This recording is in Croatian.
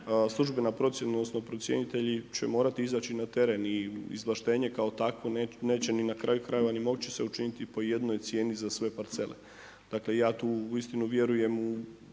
Službena procjena odnosno procjenitelji će morati izaći na teren i izvlaštenje kao takvo neće ni na kraju krajeva ni moći se učiniti po jednoj cijeni za sve parcele. Dakle, ja tu uistinu vjerujem u